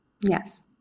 yes